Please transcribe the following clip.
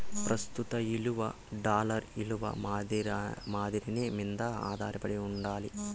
ప్రస్తుత ఇలువ డాలర్ ఇలువ మారేదాని మింద ఆదారపడి ఉండాలి